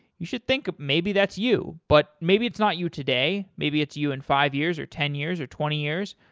you should think maybe that's you, but maybe it's not you today. maybe it's you in five years or ten years or twenty years,